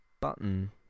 button